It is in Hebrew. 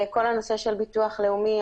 כל הנושא של ביטוח לאומי,